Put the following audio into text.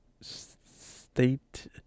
state